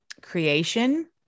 creation